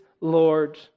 Lord